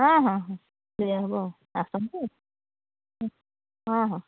ହଁ ହଁ ହଁ ଦିଆହେବ ଆସନ୍ତୁ ହଁ ହଁ